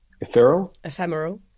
Ephemeral